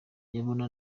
yabona